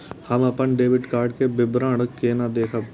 हम अपन debit card के विवरण केना देखब?